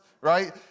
right